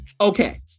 Okay